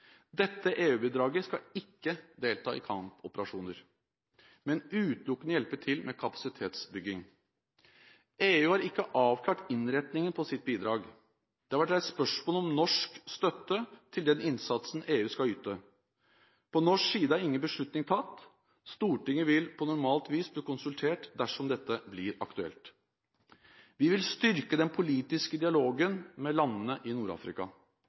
Dette EU-bidraget skal ikke delta i kampoperasjoner, men utelukkende hjelpe til med kapasitetsbygging. EU har ikke avklart innretningen på sitt bidrag. Det har vært reist spørsmål om norsk støtte til den innsatsen EU skal yte. På norsk side er ingen beslutninger tatt. Stortinget vil på normalt vis bli konsultert dersom dette blir aktuelt. Vi vil styrke den politiske dialogen med landene i